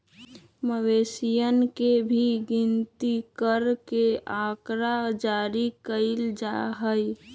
मवेशियन के भी गिनती करके आँकड़ा जारी कइल जा हई